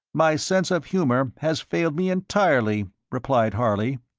my sense of humour has failed me entirely, replied harley.